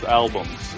albums